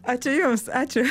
ačiū jums ačiū